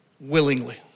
willingly